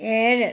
ഏഴ്